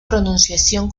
pronunciación